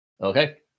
Okay